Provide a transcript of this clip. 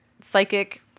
psychic